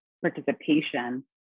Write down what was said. participation